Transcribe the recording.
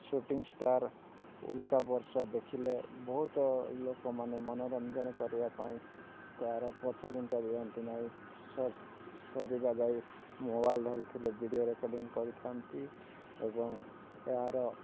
shooting star ଉଲ୍କା ବର୍ଷା ଦେଖିଲେ ବହୁତ୍ ଲୋକମାନେ ମନରଞ୍ଜନ କରିବା ପାଇଁ ତା'ର ପଛଘୁଞ୍ଚା ଦିଅନ୍ତି ନାହିଁ ସରିବା ଯାଏଁ ମୋବାଇଲ୍ ଧରିଥିଲେ ଭିଡ଼ିଓ ରେକଡ଼ିଙ୍ଗ୍ କରିଥାନ୍ତି ଏବଂ ଏହାର